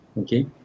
Okay